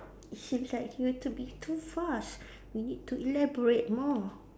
seems like you to be too fast we need to elaborate more